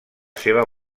seva